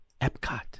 Epcot